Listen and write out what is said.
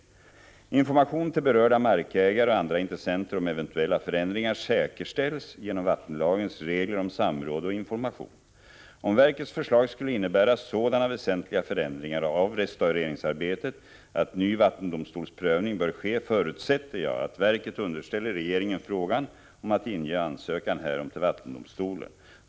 Information till berörda markägare och andra intressenter om eventuella förändringar säkerställs genom vattenlagens regler om samråd och information. Om verkets förslag skulle innebära sådana väsentliga förändringar av restaureringsarbetet att ny vattendomstolsprövning bör ske förutsätter jag att verket underställer regeringen frågan om att inge ansökan härom till vattendomstolen.